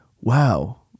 Wow